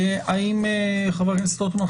האם חבר הכנסת רוטמן,